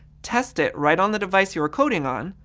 test it right on the device you are coding on,